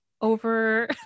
over